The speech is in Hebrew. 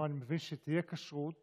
אני מבין שתהיה כשרות